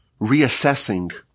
reassessing